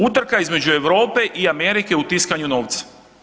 Utrka između Europe i Amerike u tiskanju novca.